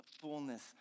fullness